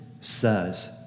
says